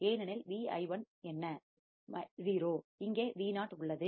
ஏனெனில் Vi1 என்ன 0 இங்கே Vo உள்ளது